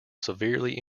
severely